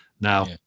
now